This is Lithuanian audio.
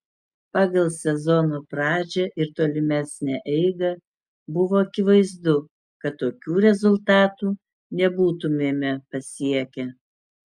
pagal sezono pradžią ir tolimesnę eigą buvo akivaizdu kad tokių rezultatų nebūtumėme pasiekę